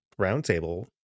roundtable